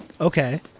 Okay